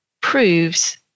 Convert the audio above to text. proves